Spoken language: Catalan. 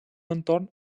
entorn